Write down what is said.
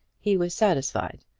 he was satisfied,